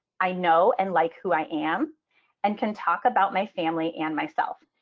i know and like who i am and can talk about my family and myself.